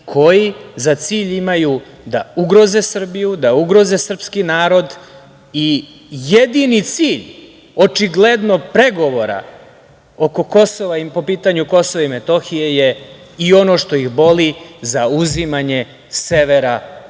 koji za cilj imaju da ugroze Srbiju, da ugroze srpski narod. Jedini cilj, očigledno, pregovora oko Kosova i po pitanju KiM je, i ono što ih boli, zauzimanje severa